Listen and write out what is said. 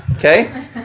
Okay